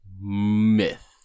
Myth